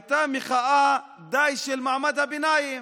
היא הייתה מחאה די של מעמד הביניים,